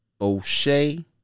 O'Shea